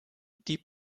die